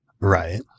Right